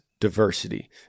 diversity